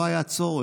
לא היה צורך,